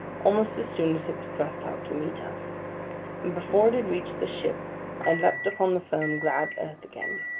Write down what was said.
almost as soon as it was thrust out to meet us, and before it had reached the ship and leaped upon the firm glad earth again!